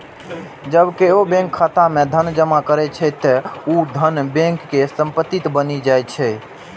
जब केओ बैंक खाता मे धन जमा करै छै, ते ऊ धन बैंक के संपत्ति बनि जाइ छै